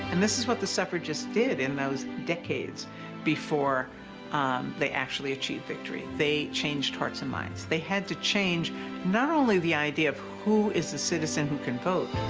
and this is what the suffrages did in those decades before um they actually achieved victory they changed hearts and minds they had to change not only the idea of who is the citizen who can vote,